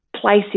places